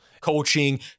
Coaching